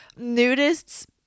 Nudists